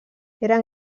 eren